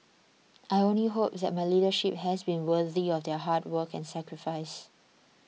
I only hope that my leadership has been worthy of their hard work and sacrifice